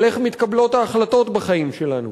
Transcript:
על איך מתקבלות ההחלטות בחיים שלנו,